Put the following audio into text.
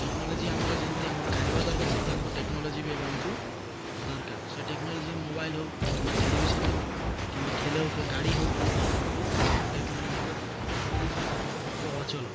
technology ଆମର ଯେମିତି ଆମର ଖାଇବା ଦରକାର ସେମିତି ଆମକୁ ଟେକ୍ନୋଲୋଜିବି ଏବେ ଆମକୁ ଦରକାର ସେ ଟେକ୍ନୋଲୋଜି ମୋବାଇଲ୍ ହଉ କିମ୍ବା ଟେଲିଭିଜନ୍ ହେଉ କିମ୍ବା ଖେଳ ହଉ କିବା ଗାଡ଼ି ହଉ ସେସବୁ ଆମକୁ ଟେକ୍ନୋଲୋଜି ଏବେ ଦରକାର ଟେକ୍ନୋଲୋଜି ଛଡ଼ା ଏବେ ଅଚଳ